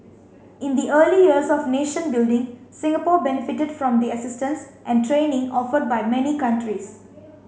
in the early years of nation building Singapore benefited from the assistance and training offered by many countries